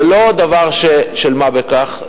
זה לא דבר של מה בכך,